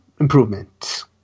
improvement